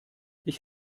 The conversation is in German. ich